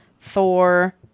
thor